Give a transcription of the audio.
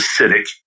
acidic